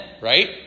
Right